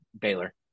Baylor